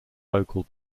vocal